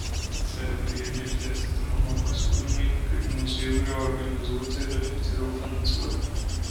c priede išdėstyti mano pasiūlymai kaip muziejų reorganizuoti ir efektyviau finansuoti